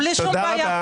בלי שום בעיה,